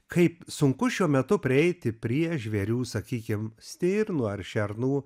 kaip sunku šiuo metu prieiti prie žvėrių sakykim stirnų ar šernų